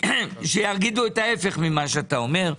שיגידו ההפך ממה שאתה אומר.